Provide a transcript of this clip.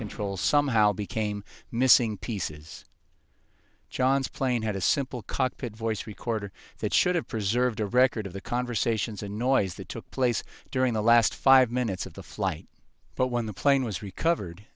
control somehow became missing pieces john's plane had a simple cockpit voice recorder that should have preserved a record of the conversations and noise that took place during the last five minutes of the flight but when the plane was recovered